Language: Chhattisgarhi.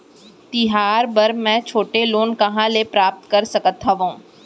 तिहार बर मै छोटे लोन कहाँ ले प्राप्त कर सकत हव?